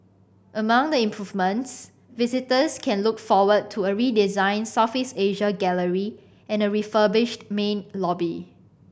among the improvements visitors can look forward to a redesigned Southeast Asia gallery and a refurbished main lobby